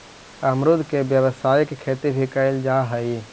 अमरुद के व्यावसायिक खेती भी कयल जा हई